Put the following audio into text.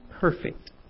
perfect